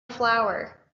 flower